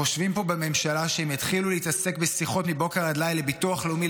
חושבים פה בממשלה שהם יתחילו להתעסק בשיחות מבוקר עד לילה לביטוח לאומי,